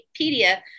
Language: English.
Wikipedia